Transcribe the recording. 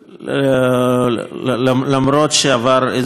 אף שעבר איזה זמן מאז.